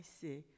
see